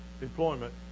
employment